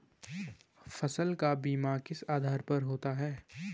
फसल का बीमा किस आधार पर होता है?